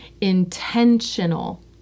intentional